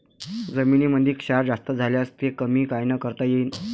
जमीनीमंदी क्षार जास्त झाल्यास ते कमी कायनं करता येईन?